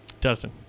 Dustin